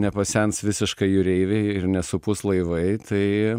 nepasens visiškai jūreiviai ir nesupus laivai tai